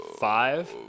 five